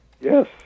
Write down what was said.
Yes